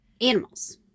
animals